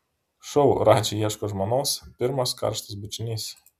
šou radži ieško žmonos pirmas karštas bučinys